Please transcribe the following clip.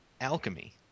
alchemy